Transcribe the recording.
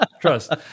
trust